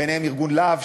ביניהם ארגון "להב",